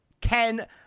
Ken